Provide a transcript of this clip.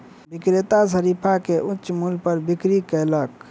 विक्रेता शरीफा के उच्च मूल्य पर बिक्री कयलक